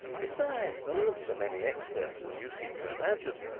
besides, there aren't so many experts as you seem to imagine.